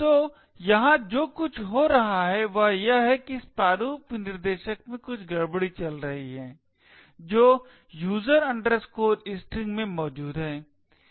तो यहां जो कुछ हो रहा है वह यह है कि इस प्रारूप विनिर्देशक में कुछ गड़बड़ी चल रही है जो user string में मौजूद है